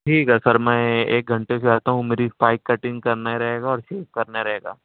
ٹھیک ہے سر میں ایک گھنٹے سے آتا ہوں میری اسپائک کٹنگ کرنا رہے گا اور شیو کرنا رہے گا